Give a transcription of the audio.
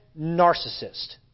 narcissist